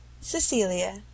Cecilia